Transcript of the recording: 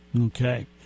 Okay